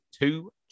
two